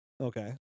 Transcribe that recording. Okay